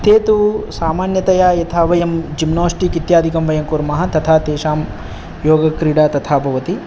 ते तु सामान्यतया यथा वयं जिम्नोस्टिक् इत्यादिकं वयं कुर्मः तथा तेषां योगक्रीडा तथा भवति